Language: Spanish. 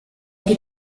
que